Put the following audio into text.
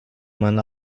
man